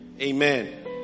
amen